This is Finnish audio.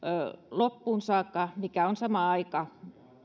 loppuun saakka mikä on sama aika